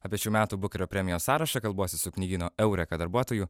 apie šių metų bukerio premijos sąrašą kalbuosi su knygyno eureka darbuotoju